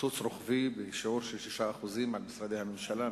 קיצוץ רוחבי בשיעור 6% על משרדי הממשלה,